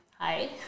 Hi